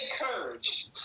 courage